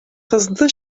кызны